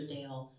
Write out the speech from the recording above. Dale